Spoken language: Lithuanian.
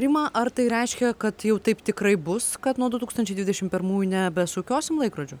rima ar tai reiškia kad jau taip tikrai bus kad nuo du tūkstančiai dvidešimt pirmųjų nebesukiosim laikrodžių